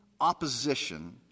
opposition